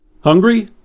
Hungry